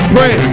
Pray